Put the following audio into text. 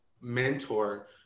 mentor